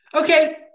Okay